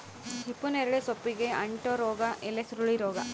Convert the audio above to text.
ಹಿಪ್ಪುನೇರಳೆ ಸೊಪ್ಪಿಗೆ ಅಂಟೋ ರೋಗ ಎಲೆಸುರುಳಿ ರೋಗ